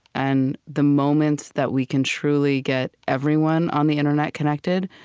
and the moment that we can truly get everyone on the internet connected,